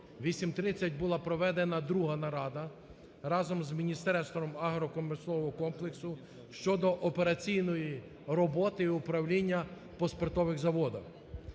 8:30 була проведена друга нарада разом з Міністерством агропромислового комплексу щодо операційної роботи і управління по спиртових заводах.